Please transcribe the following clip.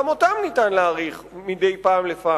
גם את התקופה שלהם ניתן להאריך מדי פעם בפעם.